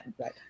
Right